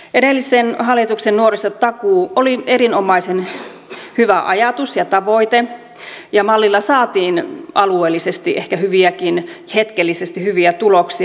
edellisen hallituksen nuorisotakuu oli erinomaisen hyvä ajatus ja tavoite ja mallilla saatiin alueellisesti ehkä hetkellisesti hyviäkin tuloksia